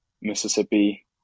Mississippi